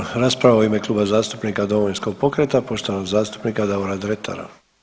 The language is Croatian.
Slijedi rasprava u ime Kluba zastupnika Domovinskog pokreta poštovanog zastupnika Davora Dretara.